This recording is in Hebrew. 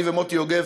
אני ומוטי יוגב,